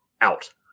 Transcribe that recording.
out